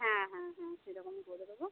হ্যাঁ হ্যাঁ হ্যাঁ সেরকম করে দেবো